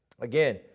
again